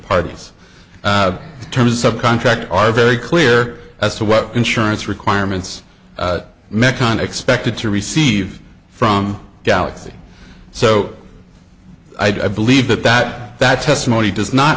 parties terms of contract are very clear as to what insurance requirements met khan expected to receive from galaxy so i believe that that that testimony does not